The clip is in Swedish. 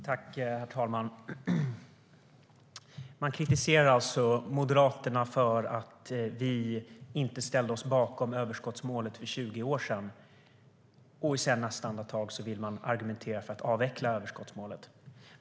Herr talman! Man kritiserar alltså Moderaterna för att vi inte ställde oss bakom överskottsmålet för 20 år sedan, och i samma andetag vill man argumentera för att avveckla överskottsmålet.